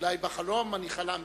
אולי בחלום אני חלמתי,